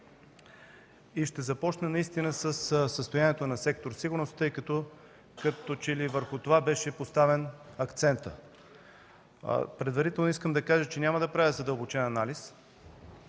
Ще започна със състоянието на сектор „Сигурност“, защото като че ли върху това беше поставен акцентът. Предварително искам да кажа, че няма да правя задълбочен анализ.